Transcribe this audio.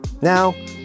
Now